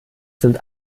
sind